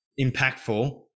impactful